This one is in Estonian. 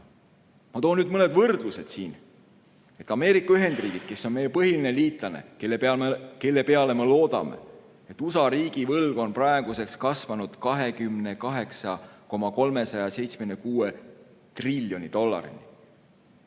Ma toon nüüd mõned võrdlused. Ameerika Ühendriigid on meie põhiline liitlane, kelle peale me loodame. USA riigivõlg on praeguseks kasvanud 28,376 triljoni dollarini,